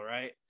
right